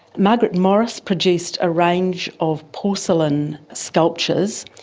margaret morris produced a range of porcelain sculptures,